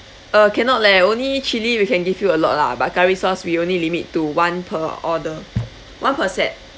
uh cannot leh only chilli we can give you a lot lah but curry sauce we only limit to one per order one per set